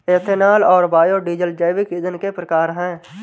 ethanol और biodiesel जैविक ईंधन के प्रकार है